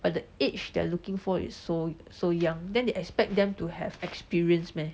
but the age they're looking for is so so young then they expect them to have experience meh